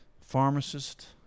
pharmacist